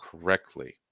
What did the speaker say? correctly